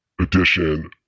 edition